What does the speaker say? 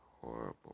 horrible